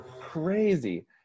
Crazy